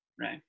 Right